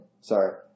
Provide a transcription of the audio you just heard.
sorry